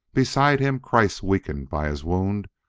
beside him, kreiss, weakened by his wound,